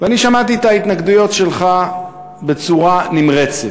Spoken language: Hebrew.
ואני שמעתי את ההתנגדויות שלך בצורה נמרצת,